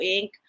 Inc